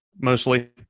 mostly